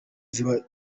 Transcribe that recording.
zaba